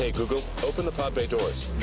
ah google, open the pod bay doors.